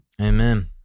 Amen